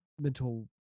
mental